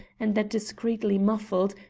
and that discreetly muffled,